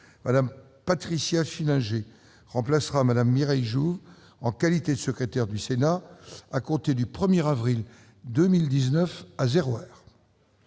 Mme Patricia Schillinger remplacera Mme Mireille Jouve en qualité de secrétaire du Sénat à compter du 1 avril 2019 à zéro heure.